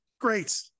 great